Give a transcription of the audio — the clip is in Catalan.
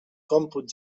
còmput